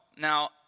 Now